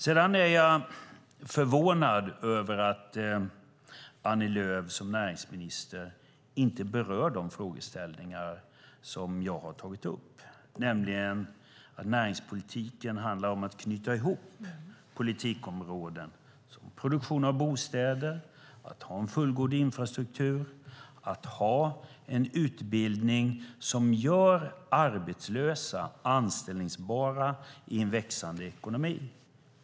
Sedan är jag förvånad över att Annie Lööf som näringsminister inte berör de frågeställningar som jag har tagit upp, nämligen att näringspolitiken handlar om att knyta ihop politikområden. Det handlar om produktion av bostäder, om att ha en fullgod infrastruktur och om att ha en utbildning som gör arbetslösa anställbara i en växande ekonomi.